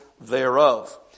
thereof